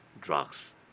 drugs